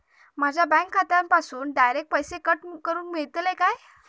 माझ्या बँक खात्यासून डायरेक्ट पैसे कट करूक मेलतले काय?